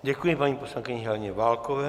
Děkuji paní poslankyni Heleně Válkové.